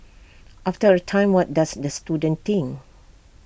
after A time what does the student think